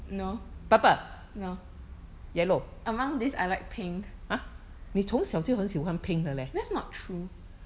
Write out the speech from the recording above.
no no among this I like pink that's not true